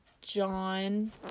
John